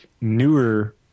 newer